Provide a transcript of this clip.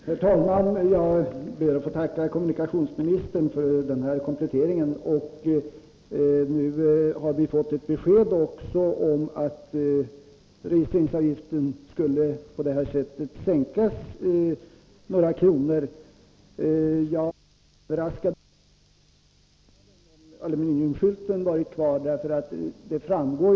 Herr talman! Jag ber att få tacka kommunikationsministern för denna komplettering. Nu har vi också fått ett besked om att registreringsavgiften på detta sätt skulle sänkas några kronor. Jag är överraskad av uppgiften att avgiften skulle ha behövt höjas om aluminiumskylten varit kvar.